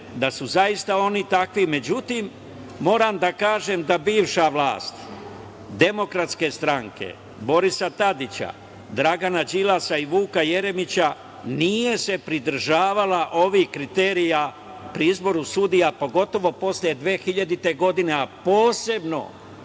da su zaista oni takvi. Međutim, moram da kažem da bivša vlast DS, Borisa Tadića, Dragana Đilasa i Vuka Jeremića nije se pridržavala ovih kriterijuma pri izboru sudija, pogotovo posle 2000. godine, a posebno